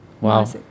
Wow